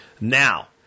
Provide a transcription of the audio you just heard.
Now